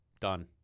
done